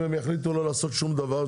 אם הם יחליטו לא לעשות שום דבר,